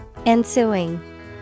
Ensuing